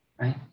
right